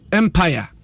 empire